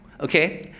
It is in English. okay